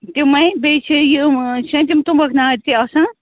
تِمےَ بیٚیہِ چھِ یِم چھِنا تِم تُمبَکھ نارِ تہِ آسان